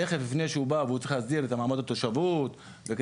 תיכף לפני שהוא בא וצריך להסדיר את התושבות וכדי